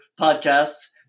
Podcasts